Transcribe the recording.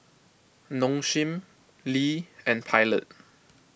Nong Shim Lee and Pilot